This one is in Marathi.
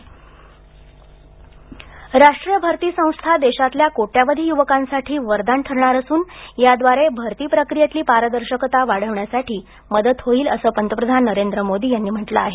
मोदी प्रतिक्रिया राष्ट्रीय भरती संस्था देशातल्या कोट्यावधी युवकांसाठी वरदान ठरणार असून याद्वारे भरती प्रक्रियेतली पारदर्शकता वाढण्यासाठी मदत होईल असं पंतप्रधान नरेंद्र मोदी यांनी म्हटलं आहे